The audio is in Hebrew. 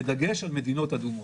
על בדגש על מדינות אדומות.